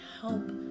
help